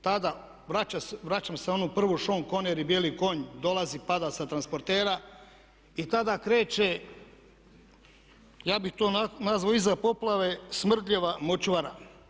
Tada vraćam se na onu prvu Sean Connery Bijeli konj, dolazi, pada sa transportera i tada kreće, ja bih to nazvao iza poplave smrdljiva močvara.